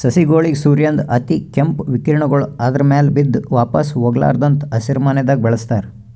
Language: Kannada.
ಸಸಿಗೋಳಿಗ್ ಸೂರ್ಯನ್ದ್ ಅತಿಕೇಂಪ್ ವಿಕಿರಣಗೊಳ್ ಆದ್ರ ಮ್ಯಾಲ್ ಬಿದ್ದು ವಾಪಾಸ್ ಹೊಗ್ಲಾರದಂಗ್ ಹಸಿರಿಮನೆದಾಗ ಬೆಳಸ್ತಾರ್